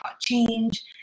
change